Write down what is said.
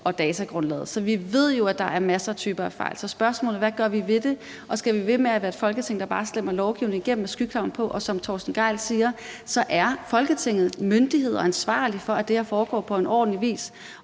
og i datagrundlaget, så vi ved jo, at der er masser af typer fejl. Spørgsmålet er, hvad vi gør ved det, og om vi skal blive ved med at være et Folketing, der bare stemmer lovgivning igennem med skyklapper på. Som hr. Torsten Gejl siger, er Folketinget myndighed og ansvarlig for, at det her foregår på en ordentlig vis,